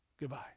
Goodbye